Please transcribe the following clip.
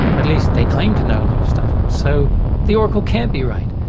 at least they claim to know a lot of stuff, so the oracle can't be right,